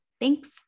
Thanks